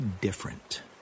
different